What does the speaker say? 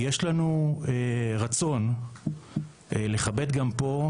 יש לנו רצון לכבד גם פה,